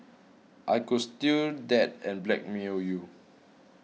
I could steal that and blackmail you